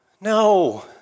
No